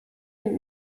mit